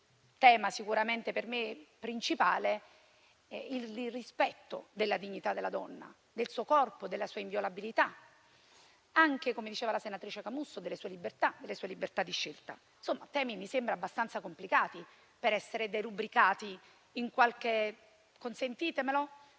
tema sicuramente per me principale è il rispetto della dignità della donna, del suo corpo e della sua inviolabilità; anche, come diceva la senatrice Camusso, delle sue libertà di scelta. Insomma, sono temi - mi sembra - abbastanza complicati per essere derubricati in qualche applauso